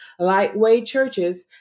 Lightweightchurches